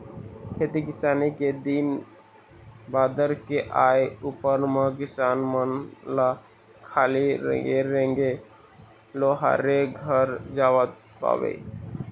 खेती किसानी के दिन बादर के आय उपर म किसान मन ल खाली रेंगे रेंगे लोहारे घर जावत पाबे